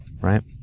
right